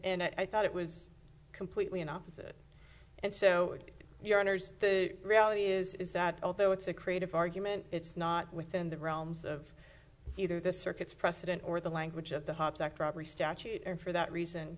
and i thought it was completely opposite and so your honour's the reality is is that although it's a creative argument it's not within the realms of either the circuits precedent or the language of the hobbes act robbery statute and for that reason